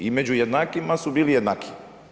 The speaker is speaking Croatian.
I među jednakima su bili jednakiji.